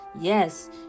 yes